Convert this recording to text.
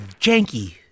Janky